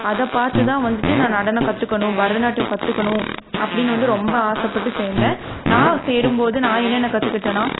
அதை பார்த்துதான் வந்துட்டு நான் நடனம் கற்றுக்கணும் பரதநாட்டியம் கற்றுக்கணும் அப்படின்னு வந்து ரொம்ப ஆசைப்பட்டு சேர்ந்தேன் நான் சேரும்போது நான் என்னென்ன கற்றுக்கிட்டனா